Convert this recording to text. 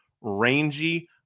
rangy